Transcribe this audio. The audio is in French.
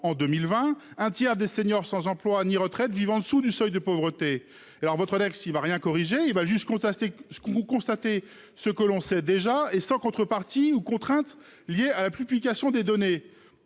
en 2020 un tiers des seniors sans emploi ni retraite vivent en dessous du seuil de pauvreté. Alors votre il va rien corrigé, il va jusqu'. C'est ce qu'ont constaté ce que l'on sait déjà et sans contrepartie ou contraintes liées à la plus publication des données